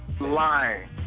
lying